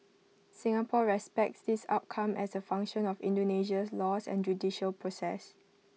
Singapore respects this outcome as A function of Indonesia's laws and judicial process